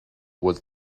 was